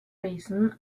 reason